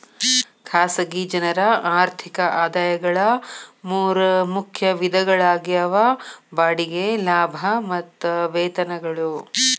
ಖಾಸಗಿ ಜನರ ಆರ್ಥಿಕ ಆದಾಯಗಳ ಮೂರ ಮುಖ್ಯ ವಿಧಗಳಾಗ್ಯಾವ ಬಾಡಿಗೆ ಲಾಭ ಮತ್ತ ವೇತನಗಳು